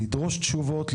לדרוש תשובות,